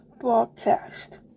broadcast